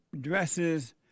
dresses